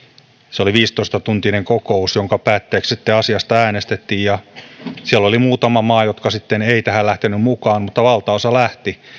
se oli viisitoista tuntinen kokous jonka päätteeksi sitten asiasta äänestettiin siellä oli muutama maa jotka eivät tähän lähteneet mukaan mutta valtaosa lähti